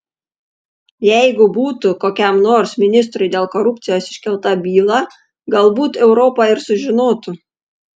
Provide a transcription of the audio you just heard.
jeigu būtų kokiam nors ministrui dėl korupcijos iškelta byla galbūt europa ir sužinotų